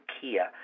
Kia